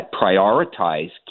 prioritize